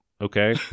Okay